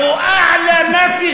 "ראס בין ענכ"